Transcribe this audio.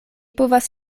povas